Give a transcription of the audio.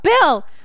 Bill